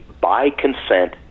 by-consent